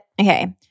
Okay